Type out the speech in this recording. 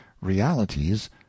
realities